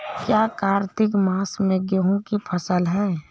क्या कार्तिक मास में गेहु की फ़सल है?